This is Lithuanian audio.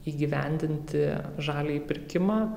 įgyvendinti žaliąjį pirkimą